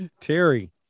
Terry